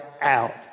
out